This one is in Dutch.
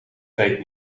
tijd